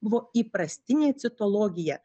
buvo įprastinė citologija